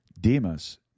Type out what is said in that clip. Demas